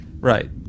right